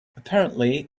apparently